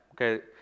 Okay